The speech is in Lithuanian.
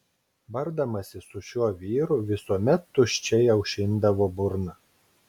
bardamasi su šiuo vyru visuomet tuščiai aušindavo burną